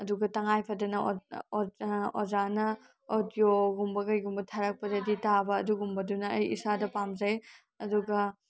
ꯑꯗꯨꯒ ꯇꯉꯥꯏ ꯐꯗꯅ ꯑꯣꯖꯥꯅ ꯑꯣꯗꯤꯑꯣꯒꯨꯝꯕ ꯀꯩꯒꯨꯝꯕ ꯊꯥꯔꯛꯄꯗꯗꯤ ꯇꯥꯕ ꯑꯗꯨꯒꯨꯝꯕꯗꯨꯅ ꯑꯩ ꯏꯁꯥꯗ ꯄꯥꯝꯖꯩ ꯑꯗꯨꯒ